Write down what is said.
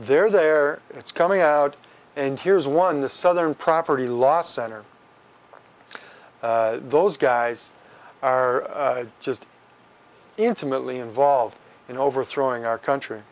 they're there it's coming out and here's one the southern property law center those guys are just intimately involved in overthrowing our country